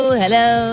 hello